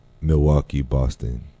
Milwaukee-Boston